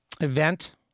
event